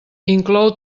inclou